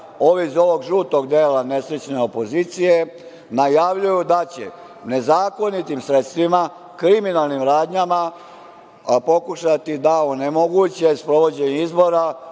ovi iz ovog žutog dela nesrećne opozicije, najavljuju da će nezakonitim sredstvima, kriminalnim radnjama, pokušati da onemoguće sprovođenje izbora